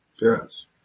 Yes